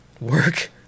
work